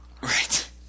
Right